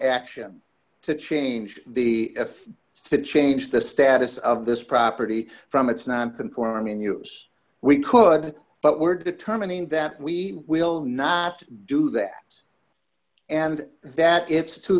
action to change the if to change the status of this property from its non conforming use we could but were determining that we will not do that and that it's to